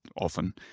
often